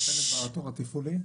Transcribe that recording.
רשות הנמלים מטפלת בתור התפעולי.